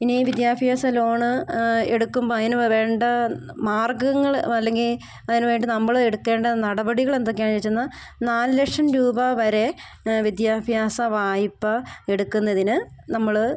ഇനി വിദ്യാഭ്യാസ ലോണ് എടുക്കുമ്പോൾ അതിന് വേണ്ട മാർഗ്ഗങ്ങൾ അല്ലെങ്കിൽ അതിന് വേണ്ടി നമ്മൾ എടുക്കേണ്ട നടപടികൾ എന്തൊക്കെയാണ് ചോദിച്ചെന്നാൽ നാല് ലക്ഷം രൂപ വരെ വിദ്യാഭ്യാസ വായ്പ എടുക്കുന്നതിന് നമ്മൾ